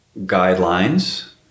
guidelines